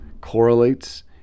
correlates